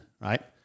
right